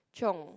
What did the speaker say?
chiong